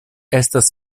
estas